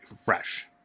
fresh